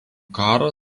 karą